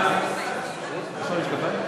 אני חייב משקפיים.